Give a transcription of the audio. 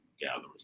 gatherers